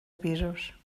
pisos